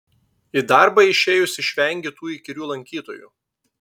į darbą išėjus išvengi tų įkyrių lankytojų